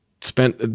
spent